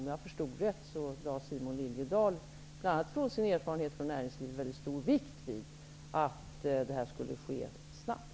Om jag förstod det rätt lade Simon Liliedahl, bl.a. på grund av sin erfarenhet från näringslivet, mycket stor vikt vid att detta skulle ske snabbt.